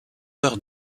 heures